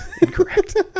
Incorrect